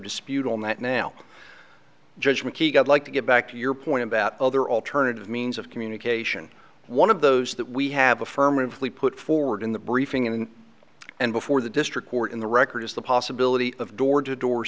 dispute on that now judge mckeague i'd like to get back to your point about other alternative means of communication one of those that we have affirmatively put forward in the briefing in and before the district court in the record is the possibility of door to door